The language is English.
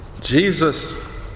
Jesus